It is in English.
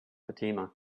fatima